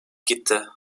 gitti